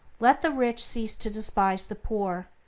let the rich cease to despise the poor,